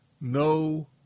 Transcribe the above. no